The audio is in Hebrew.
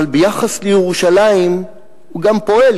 אבל ביחס לירושלים הוא גם פועל,